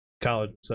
college